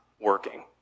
working